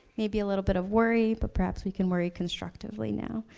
maybe a little bit of worry, but perhaps we can worry constructively now.